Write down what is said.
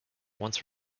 once